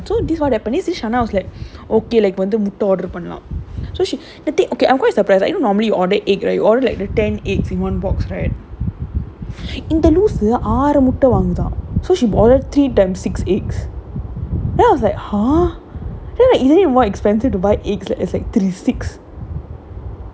okay can you see it we are okay okay err okay back to the point to this what happen is this அண்ணா:anna was like முட்ட:mutta order பண்ணலாம்:pannalaam I'm quite surprised that you normally ordered egg right you ordered like the ten egg per box right இந்த லூசு ஆறு முட்ட வாங்குதா:intha loosu aaru mutta vaanguthaa eh so she volunteer them six eggs then I was like !huh!